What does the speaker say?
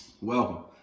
Welcome